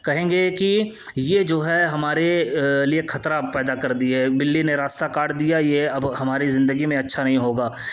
کہیں گے کہ یہ جو ہے ہمارے لیے خطرہ پیدا کر دیے ہے بلّی نے راستہ کاٹ دیا یہ اب ہماری زندگی میں اچھا نہیں ہوگا